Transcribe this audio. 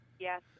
yes